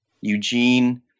Eugene